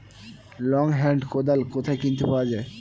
Long hand কোদাল কোথায় কিনতে পাওয়া যায়?